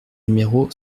numéro